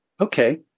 Okay